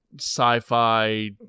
sci-fi